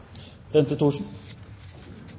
Bente Thorsen